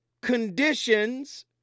Conditions